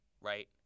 right